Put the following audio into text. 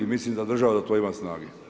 Mislim da država za to ima snage.